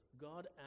God